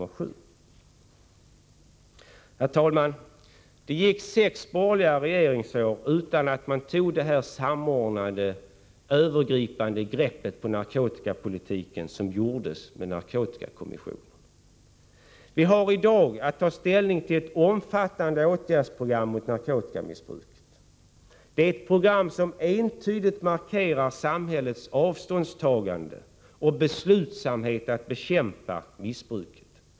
Herr talman! Det gick sex borgerliga regeringsår utan att man tog det samordnade övergripande grepp på narkotikapolitiken som togs i och med narkotikakommissionen. Vi har i dag att ta ställning till ett omfattande åtgärdsprogram mot narkotikamissbruket. Det är ett program som entydigt markerar samhällets avståndstagande mot och beslutsamhet att bekämpa missbruket.